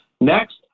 Next